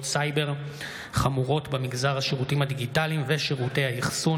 סייבר חמורות במגזר השירותים הדיגיטליים ושירותי האחסון),